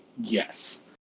yes